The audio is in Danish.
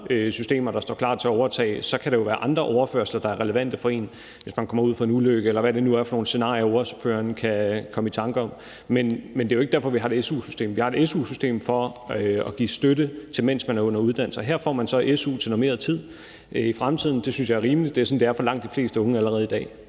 systemer, der står klar til at overtage. Så kan det jo være andre overførsler, der er relevante for en, hvis man kommer ud for en ulykke, eller hvad det nu er for nogen scenarier, ordføreren kan komme i tanke om. Men det er jo ikke derfor, vi har et su-system. Vi har et su-system for at give støtte, mens man er under uddannelse, og her får man i fremtiden så su til normeret tid. Det synes jeg er rimeligt. Det er sådan det er for langt de fleste unge allerede i dag.